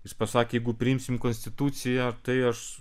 jis pasakė jeigu priimsime konstituciją tai aš